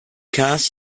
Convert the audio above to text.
cars